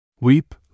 Weep